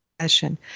session